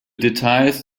details